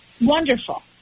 wonderful